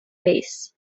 base